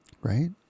Right